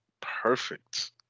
perfect